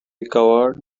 recovered